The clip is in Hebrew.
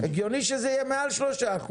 הגיוני שזה יהיה יותר מ-3%.